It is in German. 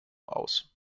aus